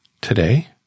today